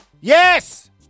Yes